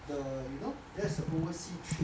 the you know there's a oversea trip